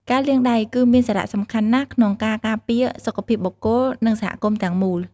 ការលាងដៃ គឺមានសារៈសំខាន់ណាស់ក្នុងការការពារសុខភាពបុគ្គល និងសហគមន៍ទាំងមូល។